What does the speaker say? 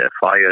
fire